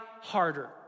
harder